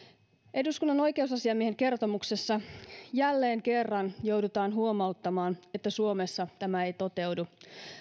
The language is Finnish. eduskunnan oikeusasiamiehen kertomuksessa jälleen kerran joudutaan huomauttamaan että suomessa tämä ei toteudu